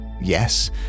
Yes